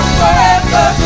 forever